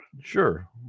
Sure